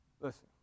Listen